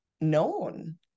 known